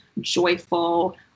joyful